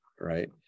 right